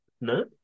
No